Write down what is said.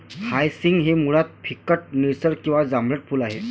hyacinth हे मुळात फिकट निळसर किंवा जांभळट फूल आहे